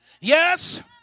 yes